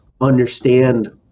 understand